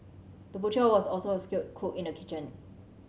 the butcher was also a skilled cook in the kitchen